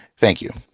thank you.